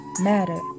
matter